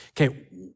Okay